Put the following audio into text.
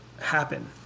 happen